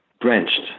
drenched